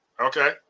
Okay